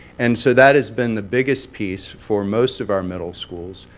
and so that has been the biggest piece for most of our middle schools,